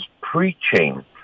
preaching